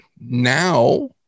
Now